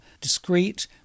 discrete